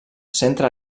centra